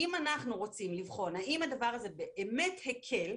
אם אנחנו רוצים לבחון האם הדבר הזה באמת הקל,